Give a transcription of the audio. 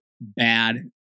bad